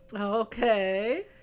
okay